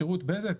שירות בזק,